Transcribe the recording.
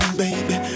baby